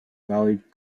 valued